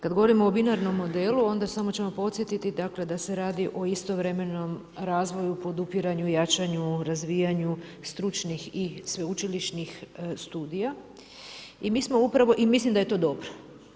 Kad govorimo o binarnom modelu onda samo ćemo podsjetiti da se radi o istovremenom razvoju, podupiranju, jačanju, razvijanju stručnih i sveučilišnih studija i mislim da je to dobro.